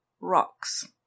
rocks